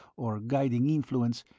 or guiding influence,